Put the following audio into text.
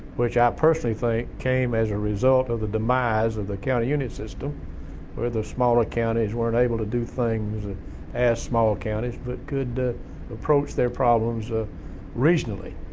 which i personally think came as a result of the demise of the county unit system where the smaller counties weren't able to do things and as small counties but could approach their problems ah reasonably,